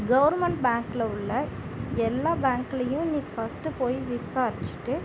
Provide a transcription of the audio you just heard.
government பேங்கில் உள்ள எல்லா பேங்க்லயும் நீ ஃபர்ஸ்ட் போய் விசாரிச்சிட்டு